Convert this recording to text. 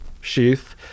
Sheath